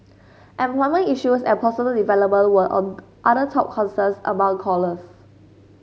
employment issues and personal development were other top concerns among callers